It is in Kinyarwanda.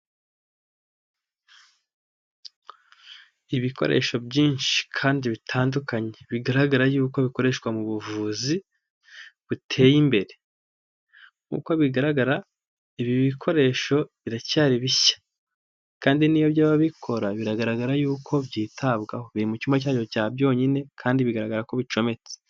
Ibikoresho byinshi kandi bitandukanye bigaragara yuko bikoreshwa mu buvuzi buteye imbere nk'uko bigaragara ibi bikoresho biracyari bishya kandi n'iyo byaba bikora biragaragara yuko byitabwaho, biri mu cyumba cyabyo cya byonyine kandi bigaragara ko bicometse.